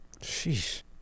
Sheesh